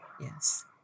Yes